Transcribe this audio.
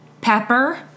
pepper